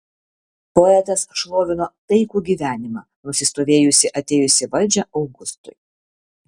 poetas šlovino taikų gyvenimą nusistovėjusį atėjus į valdžią augustui